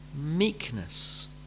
meekness